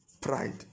pride